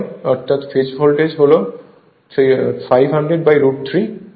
অর্থাৎ phase voltage হল 500রুট 3